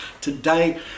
today